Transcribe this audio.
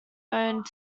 owned